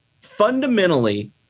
fundamentally